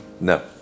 No